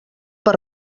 per